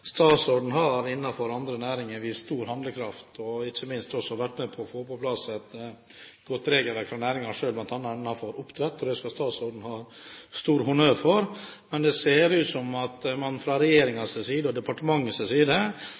Statsråden har innenfor andre næringer vist stor handlekraft. Ikke minst har hun vært med på å få på plass et godt regelverk for næringen selv, bl.a. innenfor oppdrett, og det skal statsråden ha stor honnør for. Men det ser ut til at man fra regjeringens og departementets side legger seg på været her og